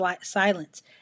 silence